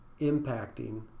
impacting